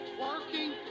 working